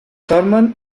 thurman